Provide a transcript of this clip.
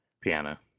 piano